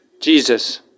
Jesus